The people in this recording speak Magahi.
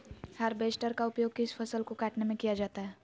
हार्बेस्टर का उपयोग किस फसल को कटने में किया जाता है?